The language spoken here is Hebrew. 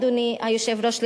אדוני היושב-ראש,